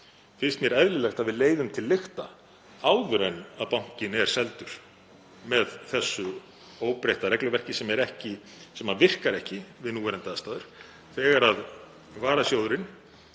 finnst mér eðlilegt að við leiðum til lykta áður en að bankinn er seldur með þessu óbreytta regluverki, sem virkar ekki við núverandi aðstæður þegar varasjóðurinn